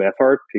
effort